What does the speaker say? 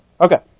Okay